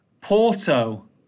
Porto